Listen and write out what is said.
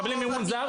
לא רוב המימון,